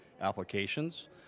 applications